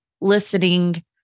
listening